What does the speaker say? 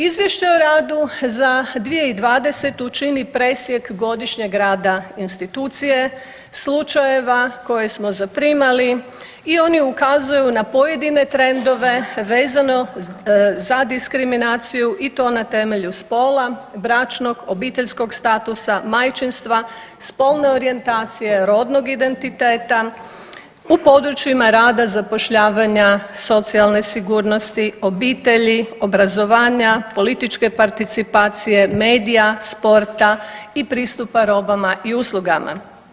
Izvještaj o radu za 2020. čini presjek godišnjeg rada institucije, slučajeva koje smo zaprimali i oni ukazuju na pojedine trendove vezano za diskriminaciju i to na temelju spola, bračnog, obiteljskog statusa, majčinstva, spolne orijentacije, rodnog identiteta, u područjima rada zapošljavanja socijalne sigurnosti, obitelji, obrazovanja, političke participacije, medija, sporta i pristupa robama i uslugama.